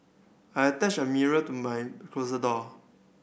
I attached a mirror to my closet door